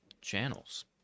channels